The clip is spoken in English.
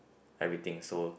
everything so